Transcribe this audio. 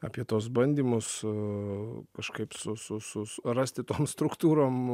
apie tuos bandymus su kažkaip su su su rasti toms struktūrom